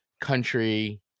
country